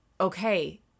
okay